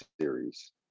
series